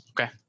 Okay